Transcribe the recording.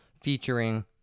featuring